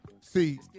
See